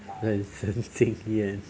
人生经验